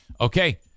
Okay